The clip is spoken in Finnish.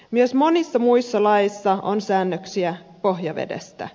myös monissa muissa laeissa on säännöksiä pohjavedestä